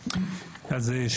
שוב,